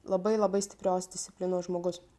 labai labai stiprios disciplinos žmogus